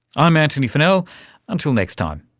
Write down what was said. i'm antony funnell, until next time